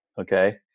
Okay